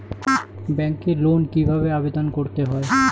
ব্যাংকে লোন কিভাবে আবেদন করতে হয়?